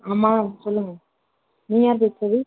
ஆமாம் சொல்லுங்க நீங்கள் யார் பேசுகிறது